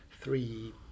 three